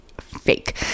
fake